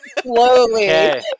Slowly